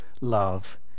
love